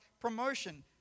promotion